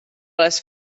les